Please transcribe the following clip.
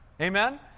Amen